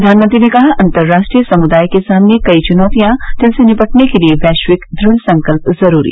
प्रधानमंत्री ने कहा अंतर्राष्ट्रीय समुदाय के सामने कई चुनौतियां जिनसे निपटने के लिए वैश्विक दृढ़ संकल्प जरूरी